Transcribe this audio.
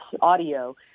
audio